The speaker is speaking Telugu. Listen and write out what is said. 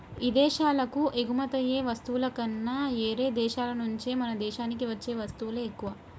ఇదేశాలకు ఎగుమతయ్యే వస్తువుల కన్నా యేరే దేశాల నుంచే మన దేశానికి వచ్చే వత్తువులే ఎక్కువ